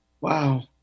Wow